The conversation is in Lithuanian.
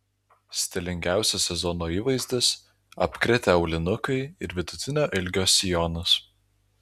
stilingiausias sezono įvaizdis apkritę aulinukai ir vidutinio ilgio sijonas